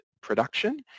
production